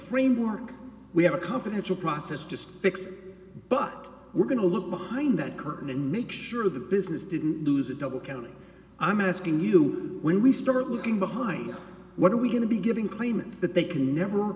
framework we have a confidential process just fix but we're going to look behind that curtain and make sure the business didn't lose it double counting i'm asking you when we start looking behind what are we going to be giving claimants that they can never